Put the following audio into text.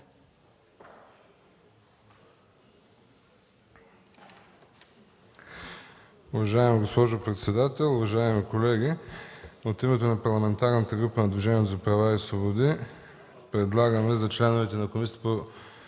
Уважаема госпожо председател, уважаеми колеги! От името на Парламентарната група на Движението за права и свободи за Комисията по